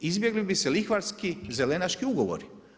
Izbjegli bi se lihvarski, zelenaški ugovori.